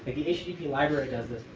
the http library does this.